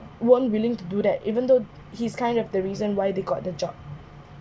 weren't willing to do that even though he is kind of the reason why they got the job